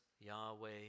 Yahweh